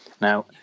Now